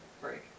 break